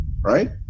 Right